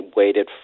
waited